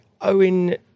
Owen